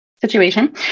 situation